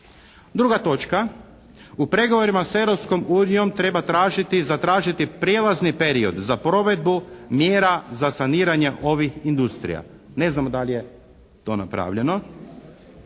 2. točka, u pregovorima se Europskom unijom treba tražiti i zatražiti prijelazni period za provedbu mjera za saniranje ovih industrija. Ne znamo da li je to napravljeno.